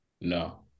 no